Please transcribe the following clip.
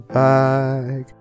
back